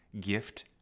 gift